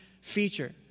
feature